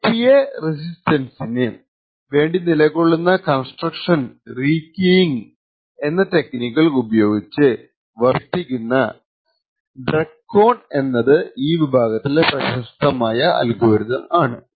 DPA റെസിസ്റ്റൻസിന് വേണ്ടി നിലകൊള്ളുന്ന കൺസ്ട്രക്ഷൻ റീകീയിങ് എന്നെ ടെക്നിക്കുകൾ ഉപയോഗിച്ച് വർത്തിക്കുന്ന DRECON എന്നത് ഈ വിഭാഗത്തിലെ പ്രശസ്തമായ അൽഗോരിതം ആണ്